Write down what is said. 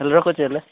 ହେଲେ ରଖୁଛି ହେଲେ